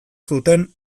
zuten